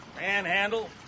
Manhandle